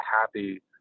happy